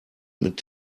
mit